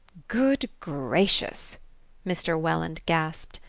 good gracious mr. welland gasped,